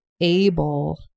able